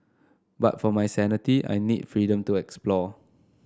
but for my sanity I need freedom to explore